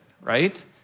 right